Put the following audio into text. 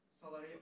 salary